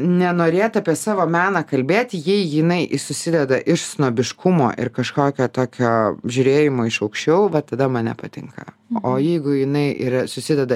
nenorėt apie savo meną kalbėt ji jinai susideda iš snobiškumo ir kažkokio tokio žiūrėjimo iš aukščiau va tada man nepatinka o jeigu jinai yra susideda